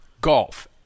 golf